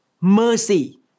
mercy